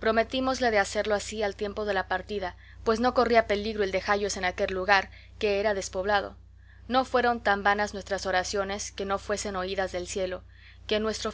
prometímosle de hacerlo así al tiempo de la partida pues no corría peligro el dejallos en aquel lugar que era despoblado no fueron tan vanas nuestras oraciones que no fuesen oídas del cielo que en nuestro